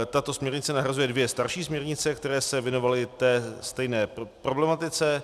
Tato směrnice nahrazuje dvě starší směrnice, které se věnovaly té stejné problematice.